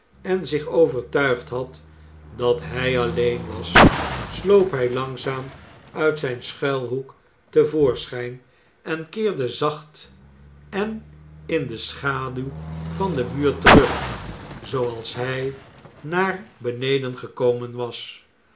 en zich overtuigd had dat hij alleen was sloop hij langzaam uit zijn schuilhoek te voorschijn en keerde zacht en in de schaduw van den muur terug zooals hij naar beneden gekomen was